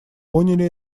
поняли